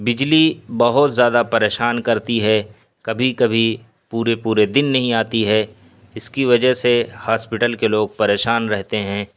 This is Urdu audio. بجلی بہت زیادہ پریشان کرتی ہے کبھی کبھی پورے پورے دن نہیں آتی ہے اس کی وجہ سے ہاسپیٹل کے لوگ پریشان رہتے ہیں